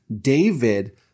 David